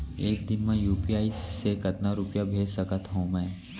एक दिन म यू.पी.आई से कतना रुपिया भेज सकत हो मैं?